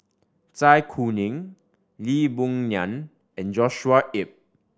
Zai Kuning Lee Boon Ngan and Joshua Ip